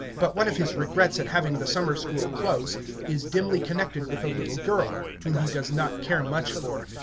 but one of his regrets at having the summer school close is dimly connected with a little girl, whom he does not care much for,